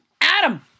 Adam